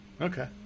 Okay